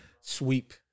Sweep